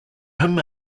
him